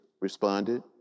responded